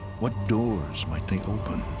what doors might they open?